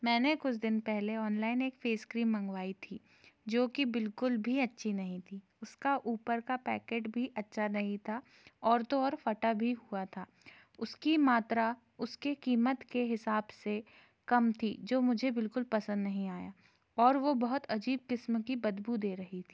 मैंने कुछ दिन पहले ऑनलाइन एक फे़स क्रीम मंगवाई थी जो कि बिल्कुल भी अच्छी नहीं थी उसका ऊपर का पैकेट भी अच्छा नहीं था और तो और फटा भी हुआ था उसकी मात्रा उसके कीमत के हिसाब से कम थी जो मुझे बिल्कुल पसंद नहीं आया और वह बहुत अजीब किस्म की बदबू दे रही थी